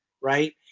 Right